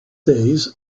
days